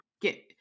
get